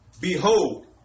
Behold